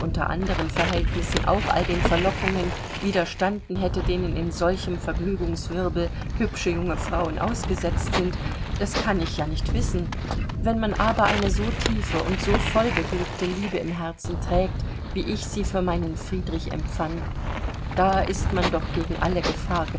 anderen verhältnissen auch all den verlockungen widerstanden hätte denen in solchem vergnügungswirbel hübsche junge frauen ausgesetzt sind das kann ich ja nicht wissen wenn man aber eine so tiefe und so vollbeglückte liebe im herzen trägt wie ich sie für meinen friedrich empfand da ist man doch gegen alle